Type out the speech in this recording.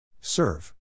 Serve